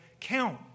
count